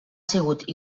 sigut